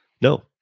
no